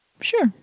Sure